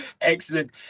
excellent